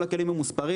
כל הכלים ממוספרים,